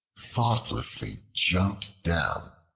thoughtlessly jumped down,